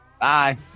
Bye